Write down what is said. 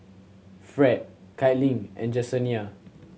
Fred Caitlynn and Jesenia